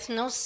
no